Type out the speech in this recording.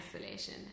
isolation